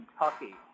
Kentucky